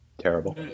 terrible